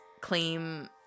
claim